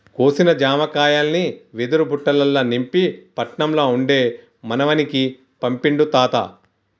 కోసిన జామకాయల్ని వెదురు బుట్టలల్ల నింపి పట్నం ల ఉండే మనవనికి పంపిండు తాత